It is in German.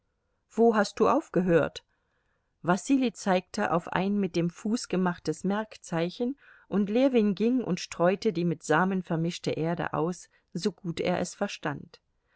wo hast du aufgehört wasili zeigte auf ein mit dem fuß gemachtes merkzeichen und ljewin ging und streute die mit samen vermischte erde aus so gut er es verstand